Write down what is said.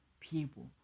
people